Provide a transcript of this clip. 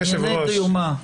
ענייני דיומא.